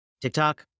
tiktok